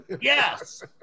Yes